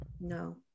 no